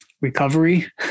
recovery